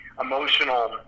emotional